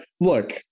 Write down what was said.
look